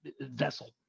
vessel